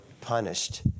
punished